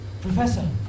Professor